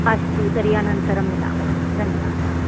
अस्तु तर्हि अनन्तरं मिलामः धन्यवादाः